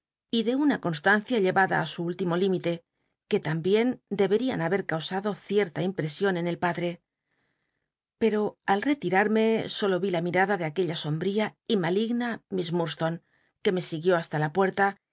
y de una onslancia llevada i sn último límite qne lambicn debieran haber causado r icrta imprcsion en el par lrc pero al ctiranne solo vi la mirada de aquella sombría y maligna miss ul lstone que me siguió hasta la puctla